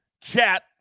chat